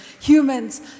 humans